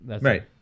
right